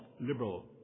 liberal